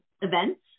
events